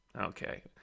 Okay